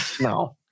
no